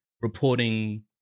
reporting